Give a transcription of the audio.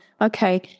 okay